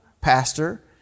pastor